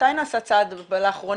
מתי נעשה צעד לאחרונה,